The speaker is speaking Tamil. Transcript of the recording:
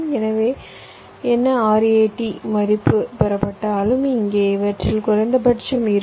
எனவே என்ன RAT மதிப்பு பெறப்பட்டாலும் இங்கே இவற்றில் குறைந்தபட்சம் இருக்கும்